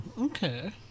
okay